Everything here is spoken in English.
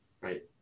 Right